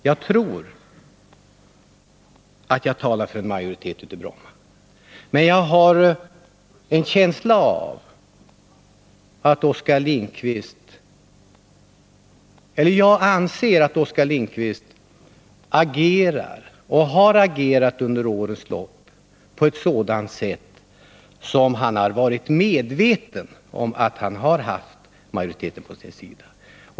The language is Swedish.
Jag tror att jag talar för en majoritet i Bromma. Oskar Lindkvist däremot agerar och har agerat under årens lopp som om det vore klart att det är han som har majoriteten på sin sida.